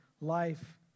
life